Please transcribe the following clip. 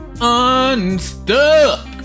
unstuck